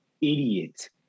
idiot